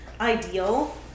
ideal